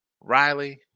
Riley